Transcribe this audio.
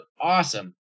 awesome